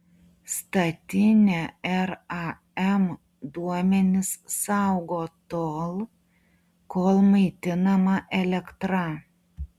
statinė ram duomenis saugo tol kol maitinama elektra